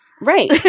Right